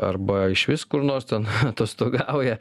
arba išvis kur nors ten atostogauja